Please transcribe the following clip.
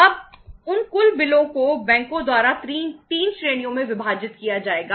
अब उन कुल बिलों को बैंकों द्वारा 3 श्रेणियों में विभाजित किया जाएगा